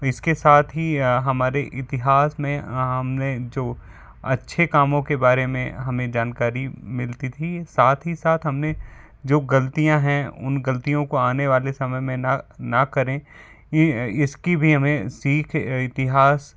इसके साथ ही हमारे इतिहास में हम ने जो अच्छे कामों के बारे में हमें जानकारी मिलती थी साथ ही साथ हम ने जो ग़लतियां हैं उन ग़लतियों को आने वाले समय में ना ना करें कि इसकी भी हमें सीख इतिहास